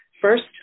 first